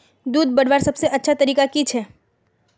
दूध बढ़वार सबसे अच्छा चारा की छे?